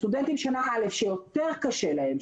סטודנטים שנה א' שיותר קשה להם,